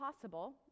possible